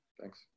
Thanks